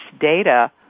data